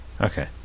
Okay